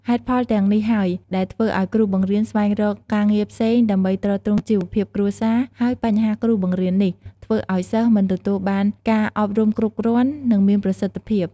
ហេតុផលទាំងនេះហើយ ដែលធ្វើអោយគ្រូបង្រៀនស្វែងរកការងារផ្សេង ដើម្បីទ្រទ្រង់ជីវភាពគ្រួសារ ហើយបញ្ហាគ្រូបង្រៀននេះ ធ្វើឲ្យសិស្សមិនទទួលបានការអប់រំគ្រប់គ្រាន់ និងមានប្រសិទ្ធភាព។